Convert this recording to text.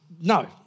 no